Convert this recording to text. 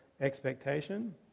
expectation